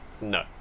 No